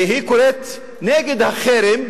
והיא קוראת נגד החרם.